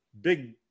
big